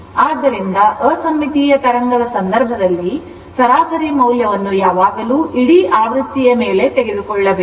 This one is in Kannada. ಆದ್ದರಿಂದ ಅಸಮ್ಮಿತೀಯ ತರಂಗದ ಸಂದರ್ಭದಲ್ಲಿ ಸರಾಸರಿ ಮೌಲ್ಯವನ್ನು ಯಾವಾಗಲೂ ಇಡೀ ಆವೃತ್ತಿಯನ್ನು ಮೇಲೆ ತೆಗೆದುಕೊಳ್ಳಬೇಕು